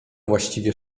właściwie